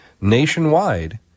nationwide